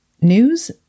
news